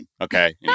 Okay